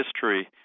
history